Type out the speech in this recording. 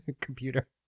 computer